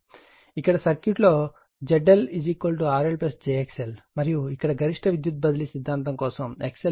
ఇక్కడ సర్క్యూట్ లో ZLRL j XL మరియు ఇక్కడ గరిష్ట విద్యుత్ బదిలీ సిద్ధాంతం కోసం XL x g ఉంచండి